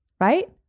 right